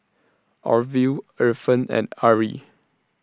Orville Efren and Arrie